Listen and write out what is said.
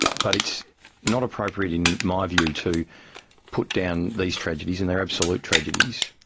but it's not appropriate in my view to put down these tragedies, and they are absolute tragedies,